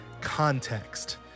context